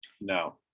No